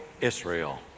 Israel